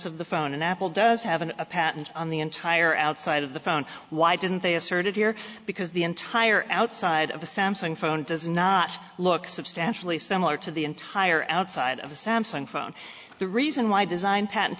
of the phone and apple does have an a patent on the entire outside of the phone why didn't they assert it here because the entire outside of a samsung phone does not look substantially similar to the entire outside of a samsung phone the reason why design patent